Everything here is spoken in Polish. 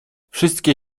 wszystkie